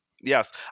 Yes